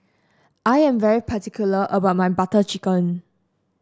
I am very particular about my Butter Chicken